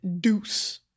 deuce